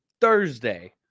thursday